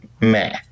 meh